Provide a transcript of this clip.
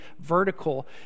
vertical